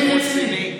הכי רציני.